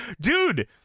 Dude